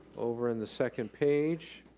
over in the second page,